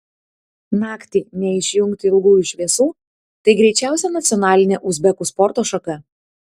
naktį neišjungti ilgųjų šviesų tai greičiausia nacionalinė uzbekų sporto šaka